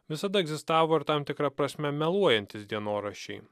visada egzistavo ir tam tikra prasme meluojantys dienoraščiai